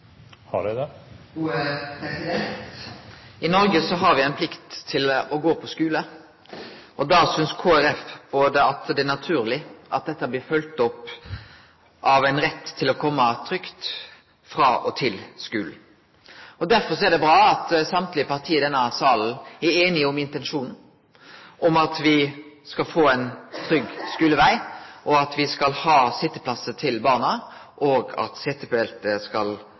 er naturleg at dette blir følgt opp av ein rett til å kome trygt til og frå skolen. Derfor er det bra at alle partia i denne salen er einige om intensjonen om at me skal få ein trygg skuleveg, at me skal ha sitjeplassar til barna, og at setebeltet skal